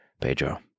Pedro